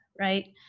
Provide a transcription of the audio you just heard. right